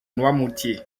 noirmoutier